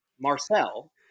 Marcel